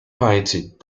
painted